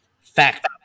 fact